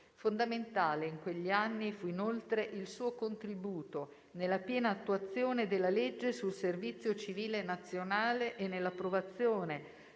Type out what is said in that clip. Fondamentale in quegli anni fu inoltre il suo contributo nella piena attuazione della legge sul servizio civile nazionale e nell'approvazione